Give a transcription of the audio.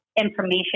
information